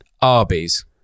Arby's